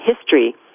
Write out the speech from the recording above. history